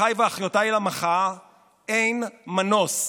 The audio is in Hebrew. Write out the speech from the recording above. אחיי ואחיותיי למחאה, אין מנוס,